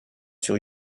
sur